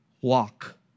walk